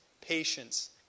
patience